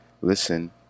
listen